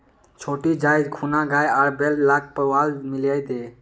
छोटी जाइ खूना गाय आर बैल लाक पुआल मिलइ दे